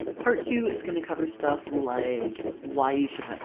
part two is gonna cover stuff like why you should have